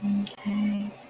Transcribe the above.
Okay